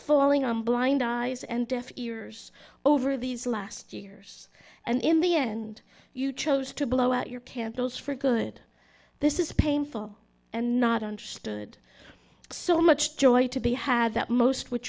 going on blind eyes and deaf ears over these last years and in the end you chose to blow out your candles for good this is painful and not understood so much joy to be had that most would